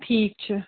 ٹھیٖک چھُ